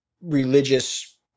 religious